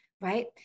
right